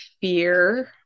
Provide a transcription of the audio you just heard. fear